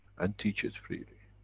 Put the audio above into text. and teach it freely.